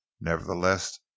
nevertheless